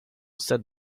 said